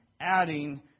adding